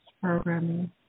programming